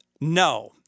No